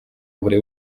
buri